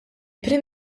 prim